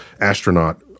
astronaut –